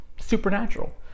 supernatural